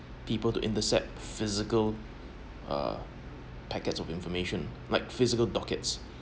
people to intercept physical uh packets of information like physical dockets